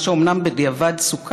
מה שאומנם סוכל,